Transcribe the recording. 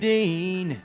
Dean